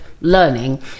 learning